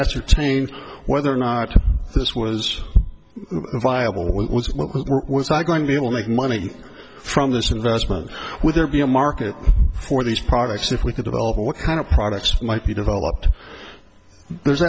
ascertain whether or not this was a viable what was what were was i going to be able to make money from this investment with there be a market for these products if we could develop what kind of products might be developed there's